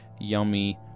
yummy